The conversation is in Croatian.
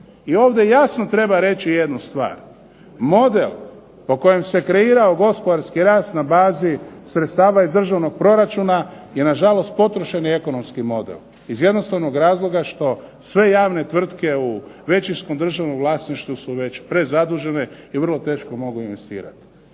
I ovdje jasno treba reći jednu stvar. Model po kojem se kreirao gospodarski rast na bazi sredstava iz državnog proračuna je na žalost potrošeni ekonomski model iz jednostavnog razloga što sve javne tvrtke u većinskom državnom vlasništvu su već prezadužene i vrlo teško mogu investirati.